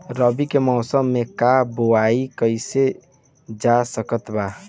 रवि के मौसम में का बोआई कईल जा सकत बा?